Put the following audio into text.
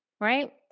right